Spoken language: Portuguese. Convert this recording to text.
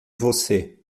você